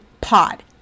POD